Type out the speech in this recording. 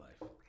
life